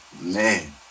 man